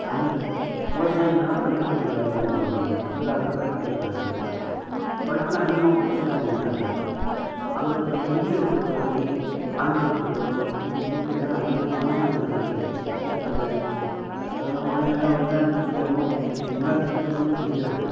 அங்கு விவசாயிங்களெலாம் படிப்பறிவு இல்லாமல் வருவாங்க தொழிலாளர்களா படிப்பு இருக்காது படிப்புன்னால் அதிகமாக படிச்சுருக்க மாட்டாங்க அங்கே க வங்கியை பொறுத்த வரையும் ஆங்கிலத்திலையோ இல்லை ஹிந்தியில் தான் அதிகமான பேப்பரெலாம் இருக்கும் அது அவங்களுக்குலாம் என்ன என்னன்னு தெரியாமல் படிக்க தெரியாது என்ன திட்டங்கள்னு தெரியாது அது